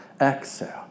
exhale